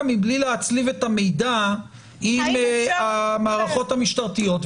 מבלי להצליב את המידע עם המערכות המשטרתיות,